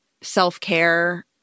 self-care